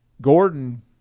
Gordon